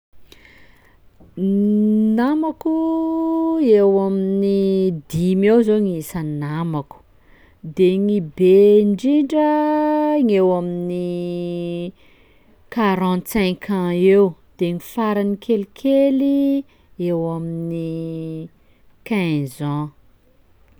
N- namako eo amin'ny dimy eo zao gny isan'ny namako, de gny be ndrindra gny eo amin'ny quarante cinq ans eo, de ny farany kelikely eo amin'ny quinze ans.